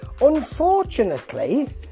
unfortunately